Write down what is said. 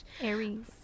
aries